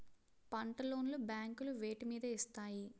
పంట లోన్ లు బ్యాంకులు వేటి మీద ఇస్తాయి?